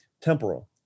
temporal